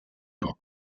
pour